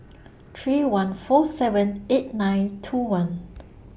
three one four seven eight nine two one